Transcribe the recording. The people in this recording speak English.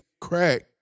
crack